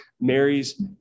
Mary's